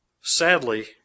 sadly